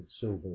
silver